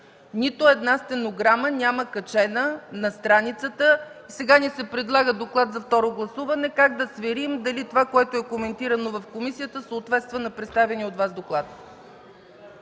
Нито една стенограма няма качена на страницата. Сега ни се предлага доклад за второ гласуване. Как да сверим дали това, което е коментирано в комисията, съответства на представения от Вас доклад?